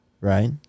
Right